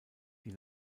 die